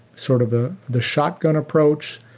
sort of ah the shotgun approach,